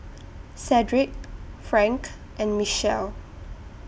Cedric Frank and Mechelle